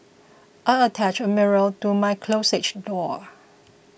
I attached a mirror to my closets door